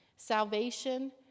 Salvation